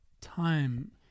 time